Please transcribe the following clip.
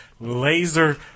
laser